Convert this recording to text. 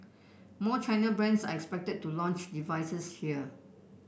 more China brands are expected to launch devices here